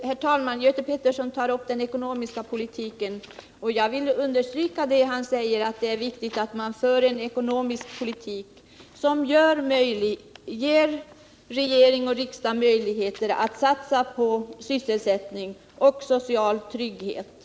Herr talman! Göte Pettersson tog upp den ekonomiska politiken, och jag vill understryka det han sade om att det är viktigt att föra en ekonomisk politik som ger regering och riksdag möjligheter att satsa på sysselsättning och social trygghet.